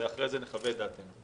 ואחרי זה נחווה את דעתנו.